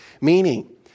meaning